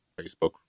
facebook